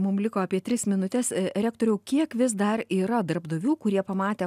mum liko apie tris minutes rektoriau kiek vis dar yra darbdavių kurie pamatę